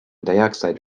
dioxide